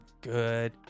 good